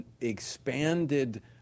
expanded